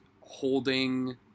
holding